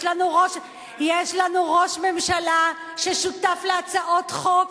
יש לנו ראש ממשלה ששותף להצעות חוק,